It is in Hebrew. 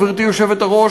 גברתי היושבת-ראש,